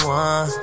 one